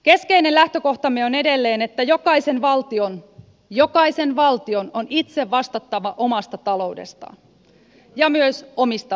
keskeinen lähtökohtamme on edelleen että jokaisen valtion jokaisen valtion on itse vastattava omasta taloudestaan ja myös omista veloistaan